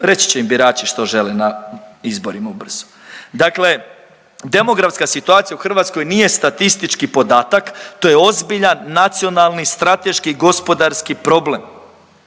reći će im birači što žele na izborima ubrzo. Dakle, demografska situacija u Hrvatskoj nije statistički podatak, to je ozbiljan, nacionalni, strateški, gospodarski problem.